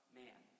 man